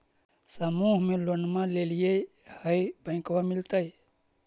समुह मे लोनवा लेलिऐ है बैंकवा मिलतै?